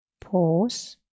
Pause